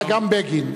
היה גם בגין.